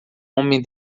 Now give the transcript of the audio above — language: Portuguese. homem